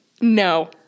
no